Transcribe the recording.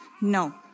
No